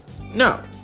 No